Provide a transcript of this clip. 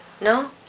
no